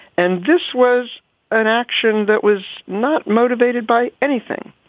and this was an action that was not motivated by anything.